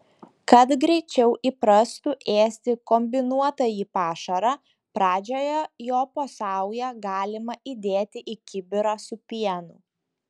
kad greičiau įprastų ėsti kombinuotąjį pašarą pradžioje jo po saują galima įdėti į kibirą su pienu